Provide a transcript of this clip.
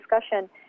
discussion